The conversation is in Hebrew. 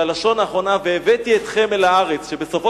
הלשון האחרונה היא "והבאתי אתכם אל הארץ" שבסופו